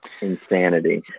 insanity